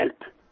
help